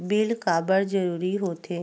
Bill काबर जरूरी होथे?